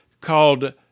called